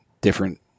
different